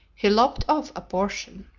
he lopped off a portion.